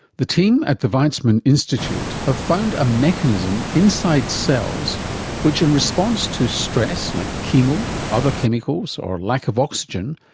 the team at the weizmann institute have found a mechanism inside cells which in response to stress like chemo, other chemicals or lack of oxygen,